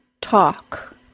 talk